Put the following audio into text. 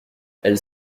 elles